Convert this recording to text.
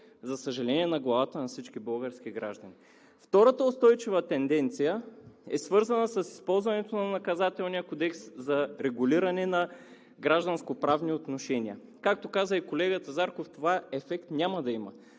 за съжаление, на главата на всички български граждани. Втората устойчива тенденция е свързана с използването на Наказателния кодекс за регулиране на гражданскоправни отношения. Както каза и колегата Зарков, това няма да има